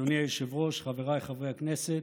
אדוני היושב-ראש, חבריי חברי הכנסת,